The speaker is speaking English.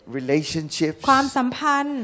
relationships